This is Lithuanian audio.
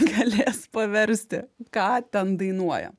galės paversti ką ten dainuoja